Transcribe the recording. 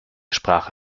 sprache